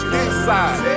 inside